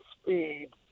speed